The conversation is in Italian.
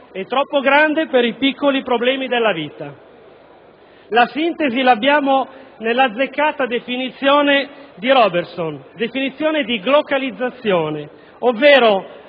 e troppo grande per i piccoli problemi della vita. La sintesi l'abbiamo nell'azzeccata definizione di Robertson della "glocalizzazione", ovvero